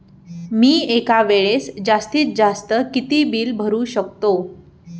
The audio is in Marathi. मी एका वेळेस जास्तीत जास्त किती बिल भरू शकतो?